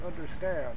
understand